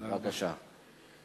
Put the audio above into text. בבקשה.